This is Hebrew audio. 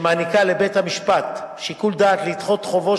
שמעניקה לבית-המשפט שיקול דעת לדחות חובו